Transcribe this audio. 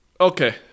Okay